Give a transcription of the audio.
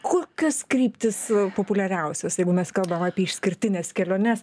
kokios kryptys populiariausios jeigu mes kalbam apie išskirtines keliones